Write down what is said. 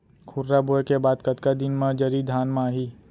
खुर्रा बोए के बाद कतका दिन म जरी धान म आही?